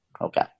Okay